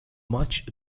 much